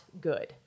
good